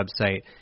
website